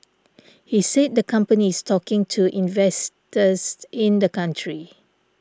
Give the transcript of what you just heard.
he said the company is talking to investors in the country